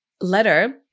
letter